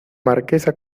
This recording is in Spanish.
marquesa